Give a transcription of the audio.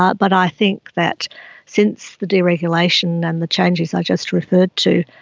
ah but i think that since the deregulation and the changes i just referred to,